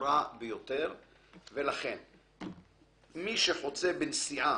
רמזור אדום שאתה מוזמן ישירות לבית משפט.